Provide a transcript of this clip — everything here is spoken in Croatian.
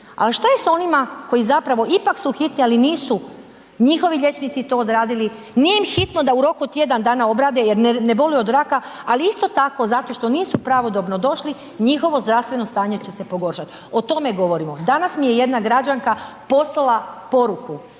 ali šta je s onima koji zapravo ipak su hitni, ali nisu njihovi liječnici to odradili, nije im hitno da u roku od tjedan dana obrade jer ne boluju od raka, ali isto tako zato što nisu pravodobno došli, njihovo zdravstveno stanje će se pogoršat, o tome govorimo. Danas mi je jedna građanka poslala poruku,